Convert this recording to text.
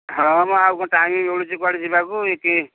ହଁ ମ ଆଉ କ'ଣ ଟାଇମ୍ ମିଳୁଛି କୁଆଡ଼େ ଯିବାକୁ ଏ କି